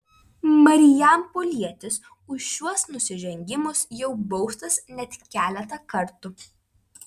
marijampolietis už šiuos nusižengimus jau baustas net keletą kartų